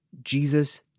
Jesus